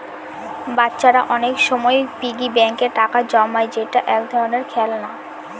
বাচ্চারা অনেক সময় পিগি ব্যাঙ্কে টাকা জমায় যেটা এক ধরনের খেলনা